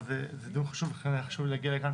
אבל זה דיון חשוב ולכן היה חשוב לי להגיע לכאן